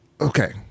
Okay